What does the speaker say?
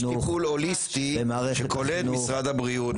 טיפול הוליסטי שכולל את משרד הבריאות,